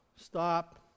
Stop